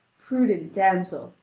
prudent damsel,